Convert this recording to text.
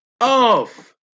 Off